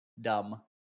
dumb